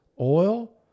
oil